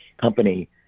Company